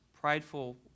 prideful